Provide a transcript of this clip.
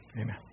Amen